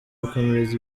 gukomereza